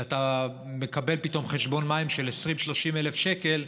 אתה מקבל פתאום חשבון מים של 20,000 30,000 שקל,